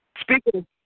speaking